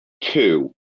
two